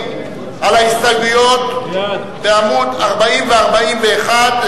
על ההסתייגויות בעמודים 40 ו-41,